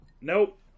nope